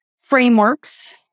frameworks